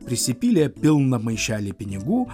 prisipylė pilną maišelį pinigų